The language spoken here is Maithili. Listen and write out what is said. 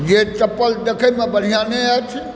जे चप्पल देखएमे बढ़िआँ नहि अछि